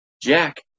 Jack